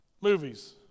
Movies